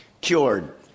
cured